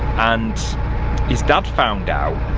and his dad found out